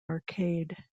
arcade